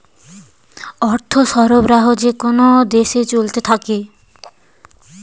অর্থ সরবরাহ যেকোন দেশে চলতে থাকে